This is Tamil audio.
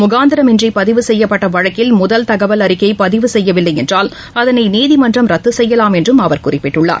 முகாந்திரமின்றி பதிவு செய்யப்பட்ட வழக்கில் முதல் தகவல் அறிக்கை பதிவு செய்யவில்லை என்றால் அதனை நீதிமன்றம் ரத்து செய்யலாம் என்றும் அவர் குறிப்பிட்டுள்ளார்